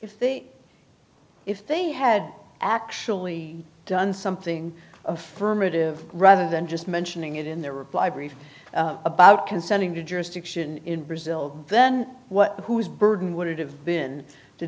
if they had actually done something affirmative rather than just mentioning it in their reply brief about consenting to jurisdiction in brazil then what who's burden would it have been to